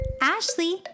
Ashley